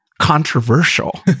controversial